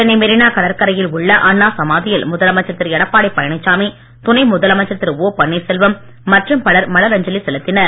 சென்னை மெரினா கடற்கரையில் உள்ள அண்ணா சமாதியில் முதலமைச்சர் திரு எடப்பாடி பழனிச்சாமி துணை முதலமைச்சர் திரு ஓ பன்னீர்செல்வம் மற்றும் பலர் மலர் அஞ்சலி செலுத்தினர்